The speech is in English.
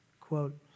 quote